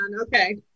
Okay